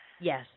Yes